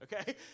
Okay